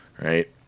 right